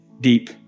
deep